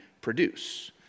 produce